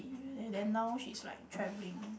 quite up there already and then now she's like travelling